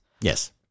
Yes